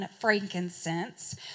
frankincense